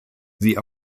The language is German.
sie